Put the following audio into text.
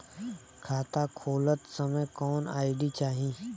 खाता खोलत समय कौन आई.डी चाही?